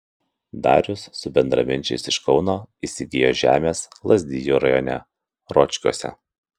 darius su bendraminčiais iš kauno įsigijo žemės lazdijų rajone ročkiuose